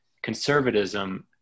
conservatism